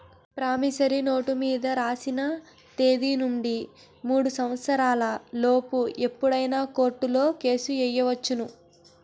promissory note మీద రాసిన తేదీ నుండి మూడు సంవత్సరాల లోపు ఎప్పుడైనా కోర్టులో కేసు ఎయ్యొచ్చును